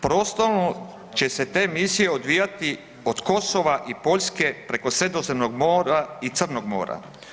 Prostorno će se te misije odvijati od Kosova i Poljske preko Sredozemnog mora i Crnog mora.